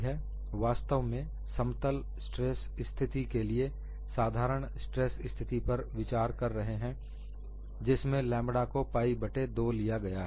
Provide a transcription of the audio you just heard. हम वास्तव में समतल स्ट्रेस स्थिति के लिए साधारण स्ट्रेस स्थिति पर विचार कर रहे हैं जिसमें लैंम्ब्डा को पाई बट्टे 2 लिया गया है